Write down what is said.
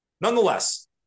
Nonetheless